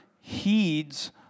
heeds